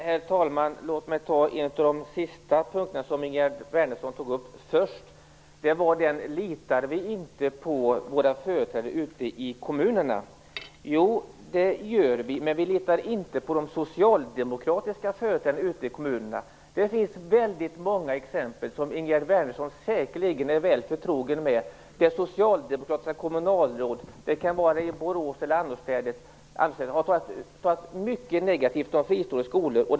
Herr talman! Ingegerd Wärnersson tog upp frågan om vi inte litar på våra företrädare ute i kommunerna. Jo, det gör vi, men vi litar inte på de socialdemokratiska företrädarna. Som Ingegerd Wärnersson säkert är väl förtrogen med finns det många exempel där socialdemokratiska kommunalråd - det må vara i Borås eller annorstädes - har varit mycket negativt inställda till fristående skolor.